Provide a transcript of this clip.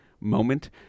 moment